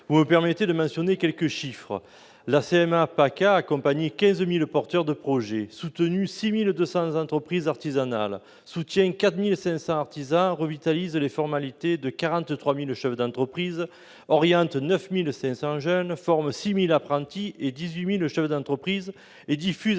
Permettez-moi de mentionner quelques chiffres. La CMA de PACA a accompagné 15 000 porteurs de projets, soutenu 6 200 entreprises artisanales et 4 500 artisans et revitalise les formalités de 43 000 chefs d'entreprise. Elle oriente par ailleurs 9 500 jeunes, forme 6 000 apprentis et 18 000 chefs d'entreprise. Elle diffuse